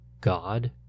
God